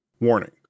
Warning